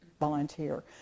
volunteer